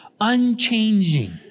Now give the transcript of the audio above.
unchanging